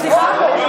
סליחה?